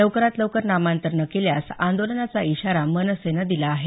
लवकरात लवकर नामांतर न केल्यास आंदोलनाचा इशारा मनसेनं दिला आहे